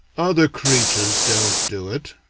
other creatures don't do it,